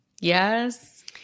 Yes